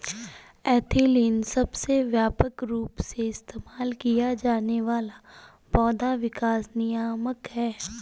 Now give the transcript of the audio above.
ethylene सबसे व्यापक रूप से इस्तेमाल किया जाने वाला पौधा विकास नियामक है